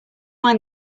mind